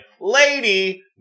lady